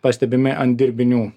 pastebimi ant dirbinių